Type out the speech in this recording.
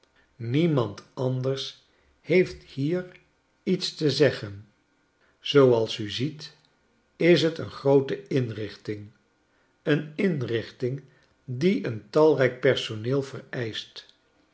niemand anders heeft hier iets te zeggen zooals u ziet is t een groote inrichting een inrichting die een talrijk personeel vereischt